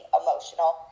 emotional